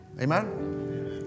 amen